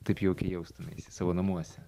taip jaukiai jaustumeisi savo namuose